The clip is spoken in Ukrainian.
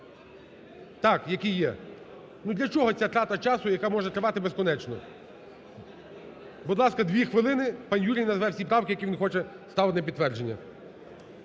Так, які є. Ну для чого ця трата часу, яка може тривати безкінечно? Будь ласка, дві хвилини, пан Юрій назве всі правки, які він хоче ставити на підтвердження.